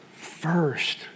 first